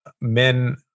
men